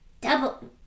Double